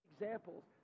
examples